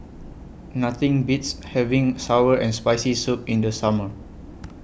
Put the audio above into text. Nothing Beats having Sour and Spicy Soup in The Summer